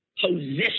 position